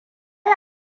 yi